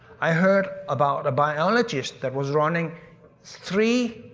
i heard about a biologist that was running three